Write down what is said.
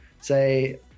say